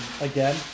Again